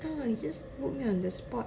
I don't know he just put me on the spot